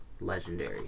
Legendary